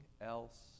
else